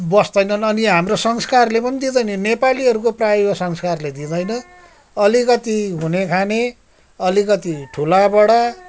बस्दैनन् अनि हाम्रो संस्कारले पनि दिँदैन नेपालीहरूको प्रायः यो संस्कारले दिँदैन अलिकति हुने खाने अलिकति ठुलाबडा